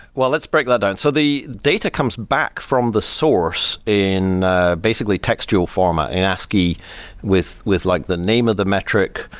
well, let's break that down. so the data comes back from the source in basically textual format in ascii with with like the name of the metric.